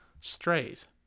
Strays